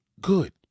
good